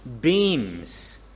beams